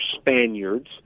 Spaniards